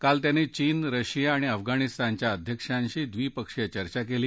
काल त्यांनी चीन रशिया आणि अफगाणिस्तानच्या अध्यक्षांशी ड्रीपक्षीय चर्चा केली